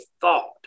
thought